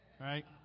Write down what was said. right